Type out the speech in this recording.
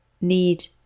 need